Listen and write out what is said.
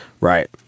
Right